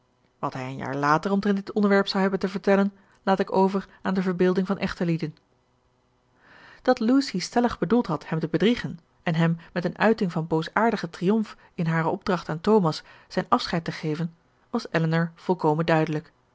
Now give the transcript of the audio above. wat hij een jaar later omtrent dit onderwerp zou hebben te vertellen laat ik over aan de verbeelding van echtelieden dat lucy stellig bedoeld had hem te bedriegen en hem met eene uiting van boosaardigen triomf in hare opdracht aan thomas zijn afscheid te geven was elinor volkomen duidelijk